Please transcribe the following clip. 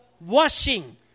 washing